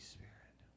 Spirit